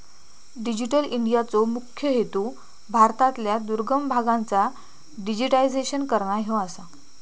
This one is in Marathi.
डिजिटल इंडियाचो मुख्य हेतू भारतातल्या दुर्गम भागांचा डिजिटायझेशन करना ह्यो आसा